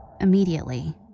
immediately